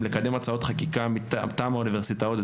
בכדי לקדם הצעות חקיקה מטעם האוניברסיטאות,